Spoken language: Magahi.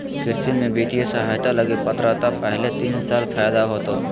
कृषि में वित्तीय सहायता लगी पात्रता पहले तीन साल फ़ायदा होतो